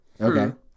Okay